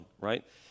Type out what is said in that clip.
right